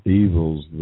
evils